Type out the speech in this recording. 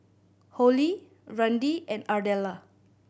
Hollie Randi and Ardella